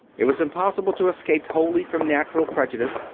it was impossible to escape wholly from natural prejudice,